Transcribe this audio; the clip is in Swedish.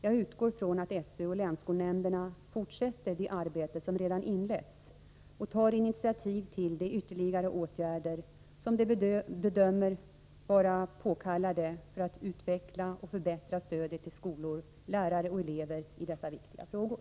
Jag utgår från att SÖ och länsskolnämnderna fortsätter det arbete som redan inletts och tar initiativ till de ytterligare åtgärder som de bedömer vara påkallade för att utveckla och förbättra stödet till skolor, lärare och elever i dessa viktiga frågor.